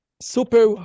Super